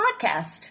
podcast